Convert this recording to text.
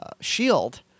shield